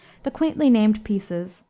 the quaintly named pieces,